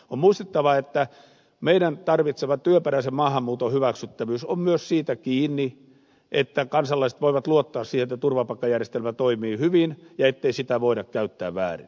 on muistettava että meidän tarvitsema työperäisen maahanmuuton hyväksyttävyys on myös siitä kiinni että kansalaiset voivat luottaa siihen että turvapaikkajärjestelmä toimii hyvin ja ettei sitä voida käyttää väärin